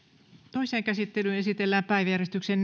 toiseen käsittelyyn esitellään päiväjärjestyksen